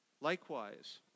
Likewise